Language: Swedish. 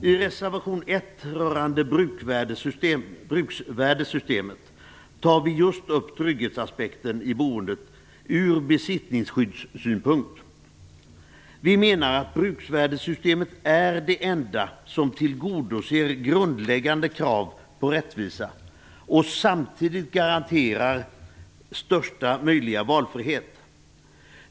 I reservation 1 rörande bruksvärdessystemet tar vi just upp trygghetsaspekten i boendet ur besittningsskyddssynpunkt. Vi menar att bruksvärdessystemet är det enda som tillgodoser grundläggande krav på rättvisa och samtidigt garanterar största möjliga valfrihet.